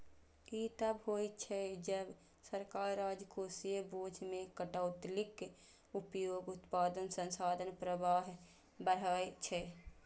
ई तब होइ छै, जब सरकार राजकोषीय बोझ मे कटौतीक उपयोग उत्पादक संसाधन प्रवाह बढ़बै छै